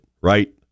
right